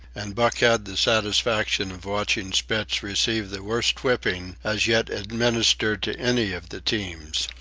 and buck had the satisfaction of watching spitz receive the worst whipping as yet administered to any of the teams.